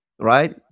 right